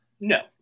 No